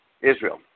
Israel